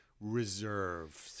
reserved